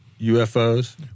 UFOs